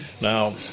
Now